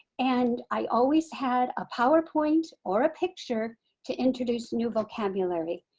and i always had a powerpoint or a picture to introduce new vocabulary.